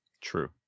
True